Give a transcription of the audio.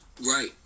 Right